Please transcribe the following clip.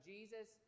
Jesus